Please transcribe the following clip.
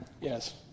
Yes